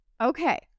Okay